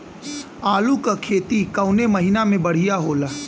आलू क खेती कवने महीना में बढ़ियां होला?